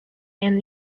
and